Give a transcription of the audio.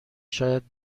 شاید